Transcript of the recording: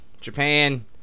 Japan